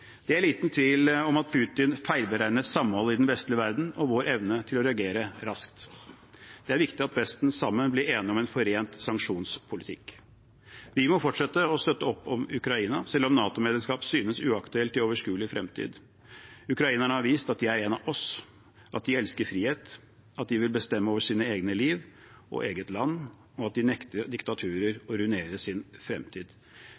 Det er liten tvil om at Putin feilberegnet samholdet i den vestlige verden og vår evne til å reagere raskt. Det er viktig at Vesten sammen blir enige om en forent sanksjonspolitikk. Vi må fortsette å støtte opp om Ukraina, selv om NATO-medlemskap synes uaktuelt i overskuelig fremtid. Ukrainerne har vist at de er en av oss – at de elsker frihet, at de vil bestemme over eget liv og eget land og at de nekter diktaturer å ruinere sin fremtid.